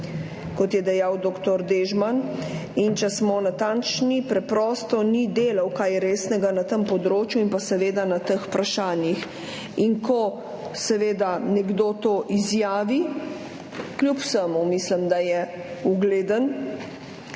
kot je dejal dr. Dežman, in če smo natančni, preprosto ni delal kaj resnega na tem področju in na teh vprašanjih. Ko nekdo to izjavi – kljub vsemu mislim, da je ugleden